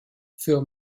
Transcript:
für